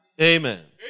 Amen